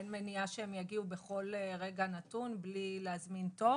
אין מניעה שיגיעו בכל רגע נתון בלי להזמין תור.